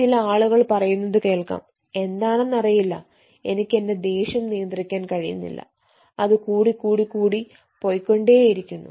ചില ആളുകൾ പറയുന്നത് കേൾക്കാം എന്താണെന്ന് അറിയില്ല എനിക്ക് എന്റെ ദേഷ്യം നിയന്ത്രിക്കാൻ കഴിയുന്നില്ല അത് കൂടി കൂടി കൂടി പോയ്കൊണ്ടേ ഇരിക്കുന്നു എന്ന്